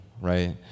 right